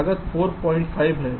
लागत 45 है